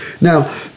Now